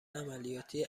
عملیاتی